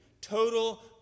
total